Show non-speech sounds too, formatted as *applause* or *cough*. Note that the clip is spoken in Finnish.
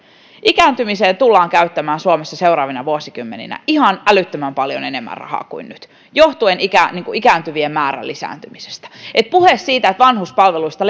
ikääntymiseen tullaan käyttämään suomessa seuraavina vuosikymmeninä ihan älyttömän paljon enemmän rahaa kuin nyt johtuen ikääntyvien määrän lisääntymisestä niin että puhe siitä että vanhuspalveluista *unintelligible*